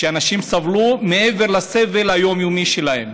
ואנשים סבלו מעבר לסבל היומיומי שלהם.